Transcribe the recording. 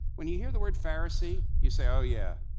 when you hear the word pharisee, you say, oh yeah,